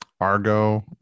argo